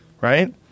right